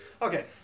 Okay